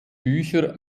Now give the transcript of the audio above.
bücher